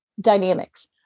dynamics